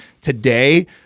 today